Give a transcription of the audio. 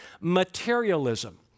Materialism